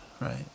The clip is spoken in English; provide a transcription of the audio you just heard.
right